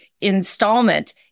installment